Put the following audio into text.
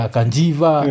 Kanjiva